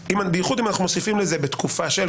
בייחוד אם אנחנו מוסיפים לזה בתקופה של.